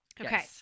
Okay